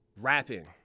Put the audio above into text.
rapping